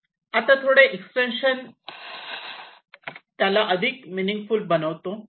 आता थोडे एक्सप्टेन्शन त्याला अधिक मेनिंगफ़ुल बनवितो